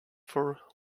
for